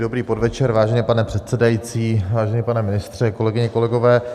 Dobrý podvečer, vážený pane předsedající, vážený pane ministře, kolegyně, kolegové.